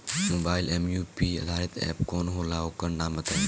Mobile म UPI आधारित app कौन होला ओकर नाम बताईं?